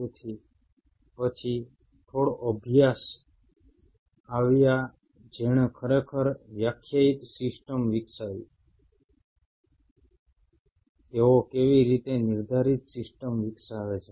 તેથી પછી થોડા અભ્યાસો આવ્યા જેણે ખરેખર વ્યાખ્યાયિત સિસ્ટમ વિકસાવી તેઓ કેવી રીતે નિર્ધારિત સિસ્ટમ વિકસાવે છે